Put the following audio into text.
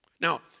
Now